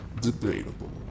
Debatable